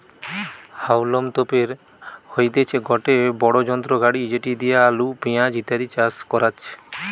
হাউলম তোপের হইতেছে গটে বড়ো যন্ত্র গাড়ি যেটি দিয়া আলু, পেঁয়াজ ইত্যাদি চাষ করাচ্ছে